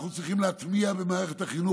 אנחנו צריכים להטמיע במערכת החינוך,